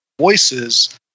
voices